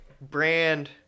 brand